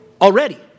already